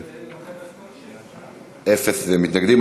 אין מתנגדים.